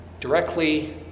directly